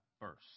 first